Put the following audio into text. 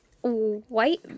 white